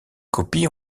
copies